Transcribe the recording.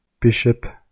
Bishop